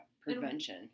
prevention